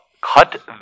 cut